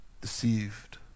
deceived